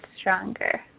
stronger